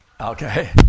Okay